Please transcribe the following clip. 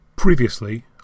Previously